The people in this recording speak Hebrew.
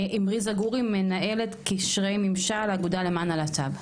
עמרי זגורי, מנהל קשרי ממשל, אגודה למען הלהט"ב.